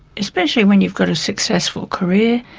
especially when you've got a successful career,